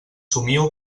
somio